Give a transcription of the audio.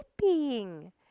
sleeping